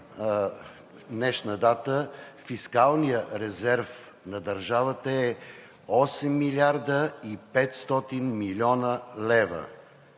днешна дата фискалният резерв на държавата е 8 млрд. 500 млн. лв.